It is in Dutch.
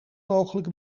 mogelijk